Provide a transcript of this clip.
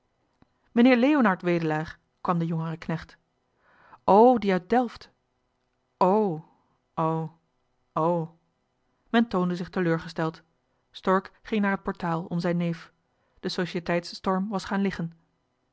meneer leonard wedelaar kwam de jongere knecht o die uit delft o o o men toonde zich teleurgesteld stork ging naar het portaal om zijn neef de societeitsstorm was gaan liggen